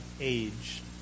age